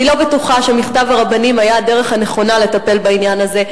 אני לא בטוחה שמכתב הרבנים היה הדרך הנכונה לטפל בעניין הזה.